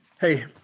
hey